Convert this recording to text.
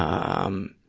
um,